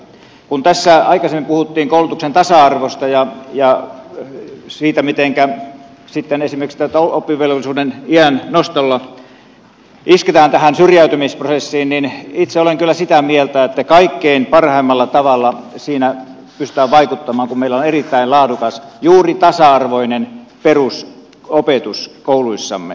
kun tässä aikaisemmin puhuttiin koulutuksen tasa arvosta ja siitä mitenkä sitten esimerkiksi oppivelvollisuusiän nostolla isketään tähän syrjäytymisprosessiin niin itse olen kyllä sitä mieltä että kaikkein parhaimmalla tavalla siinä pystytään vaikuttamaan kun meillä on erittäin laadukas juuri tasa arvoinen perusopetus kouluissamme